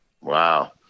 Wow